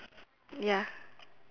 ya